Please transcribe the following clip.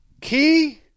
Key